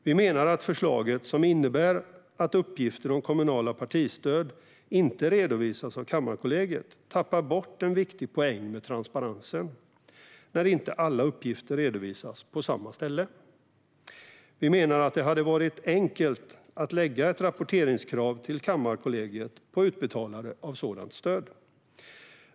Vi menar att förslaget, som innebär att uppgifter om kommunala partistöd inte redovisas av Kammarkollegiet, tappar bort en viktig poäng med transparensen när inte alla uppgifter redovisas på samma ställe. Vi menar att det hade varit enkelt att lägga ett rapporteringskrav till Kammarkollegiet på utbetalare av sådant stöd.